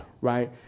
right